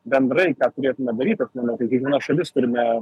bendrai ką turėtume daryt aš manau tai kiekviena šalis turime